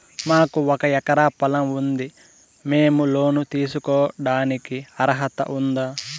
మాకు ఒక ఎకరా పొలం ఉంది మేము లోను తీసుకోడానికి అర్హత ఉందా